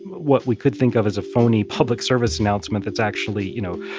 what we could think of as a phony public service announcement that's actually, you know,